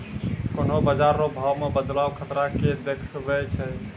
कोन्हों बाजार रो भाव मे बदलाव खतरा के देखबै छै